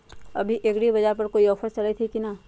अभी एग्रीबाजार पर कोई ऑफर चलतई हई की न?